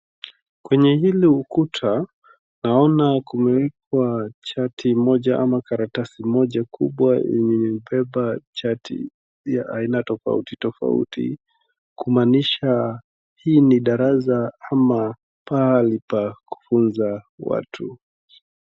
Kwenye hili ukuta naona kumewekwa chati moja ama karatasi moja kubwa yenye imebeba chati ya aina tofauti tofauti, kumaanisha hii ni darasa ama pahali pa kufunza watu.